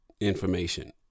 information